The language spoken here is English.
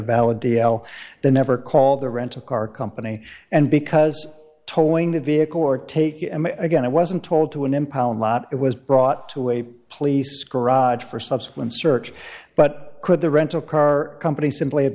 valid d l they never called the rental car company and because towing the vehicle or take it again i wasn't told to an impound lot it was brought to a police garage for subsequent search but could the rental car company simply have